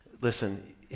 Listen